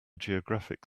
geographic